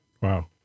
Wow